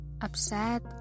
upset